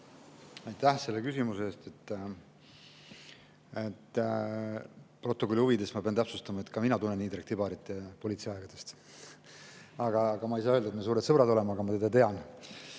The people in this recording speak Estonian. Aitäh selle küsimuse eest! Protokolli huvides ma pean täpsustama, et ka mina tunnen Indrek Tibarit politseiaegadest. Ma ei saa öelda, et me suured sõbrad oleme, aga ma teda tean.